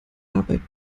arbeit